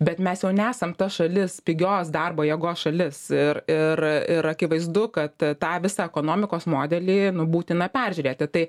bet mes jau nesam ta šalis pigios darbo jėgos šalis ir ir ir akivaizdu kad tą visą ekonomikos modelį būtina peržiūrėti tai